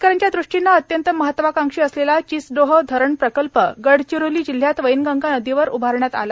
शेतकऱ्यांच्या ृष्टीने अत्यंत महत्वाकांक्षी असलेला चिचडोह धरण प्रकल्प गडचिरोली जिल्ह्यात वैनगंगा नदीवर उभारण्यात आला आहे